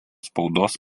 spaudos